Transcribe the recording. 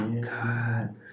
God